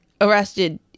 arrested